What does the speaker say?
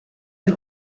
den